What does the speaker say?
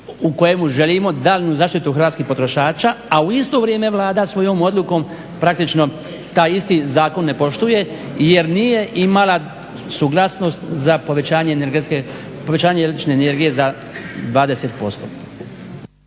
u kojemu želimo zaštitu hrvatskih potrošača, a u isto vrijeme Vlada svojom odlukom praktično taj isti zakon ne poštuje jer nije imala suglasnost za povećanje električne energije za 20%.